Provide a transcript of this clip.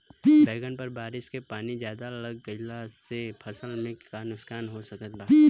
बैंगन पर बारिश के पानी ज्यादा लग गईला से फसल में का नुकसान हो सकत बा?